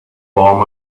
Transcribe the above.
warm